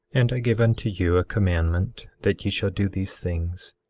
and i give unto you a commandment that ye shall do these things.